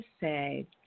say